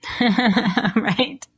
Right